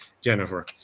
Jennifer